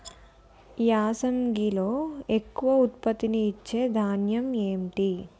యాసంగిలో ఎక్కువ ఉత్పత్తిని ఇచే ధాన్యం ఏంటి?